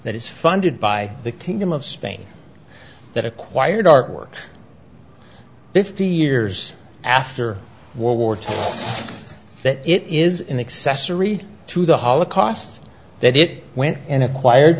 that is funded by the king of spain that acquired artwork fifty years after the war that it is an accessory to the holocaust that it went and acquired